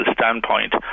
standpoint